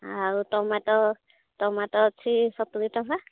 ଆଉ tomato tomato ଅଛି ସତୁରି ଟଙ୍କା